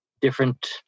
different